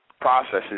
processes